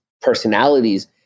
personalities